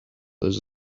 this